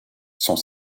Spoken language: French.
sont